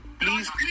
please